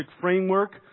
framework